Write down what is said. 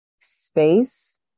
space